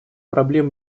проблем